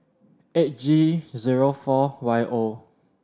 eight G zero four Y O